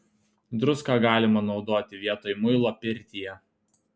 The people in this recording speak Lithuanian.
druską galima naudoti vietoj muilo pirtyje